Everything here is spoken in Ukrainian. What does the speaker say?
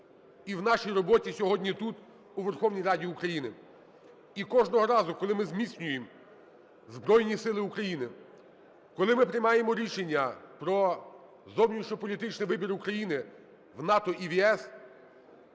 і в нашій роботі сьогодні тут у Верховній Раді України. І кожного разу, коли ми зміцнюємо Збройні Сили України, коли ми приймаємо рішення про зовнішньополітичний вибір України в НАТО і в ЄС,